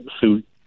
suit